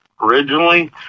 originally